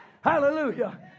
Hallelujah